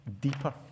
deeper